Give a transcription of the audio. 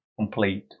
complete